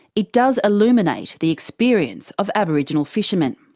it does illuminate the experience of aboriginal fishermen.